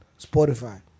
Spotify